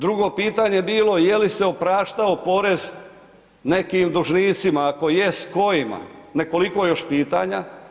Drugo pitanje je bilo jeli se opraštao porez nekim dužnicima, ako jest, kojima, nekoliko još pitanja.